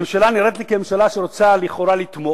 הממשלה נראית לי כממשלה שרוצה לכאורה לתמוך.